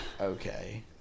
okay